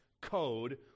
code